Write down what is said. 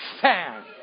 fan